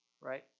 Right